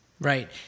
Right